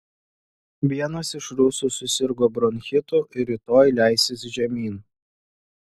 vienas iš rusų susirgo bronchitu ir rytoj leisis žemyn